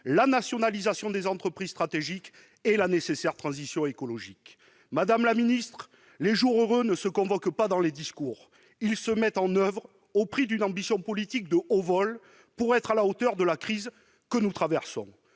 la nationalisation des entreprises stratégiques et la nécessaire transition écologique. Madame la ministre, « Les Jours heureux » ne se convoquent pas dans les discours, ils se mettent en oeuvre au prix d'une ambition politique de haut vol pour être à la hauteur de la crise que nous traversons.